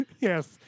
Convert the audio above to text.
Yes